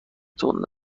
تند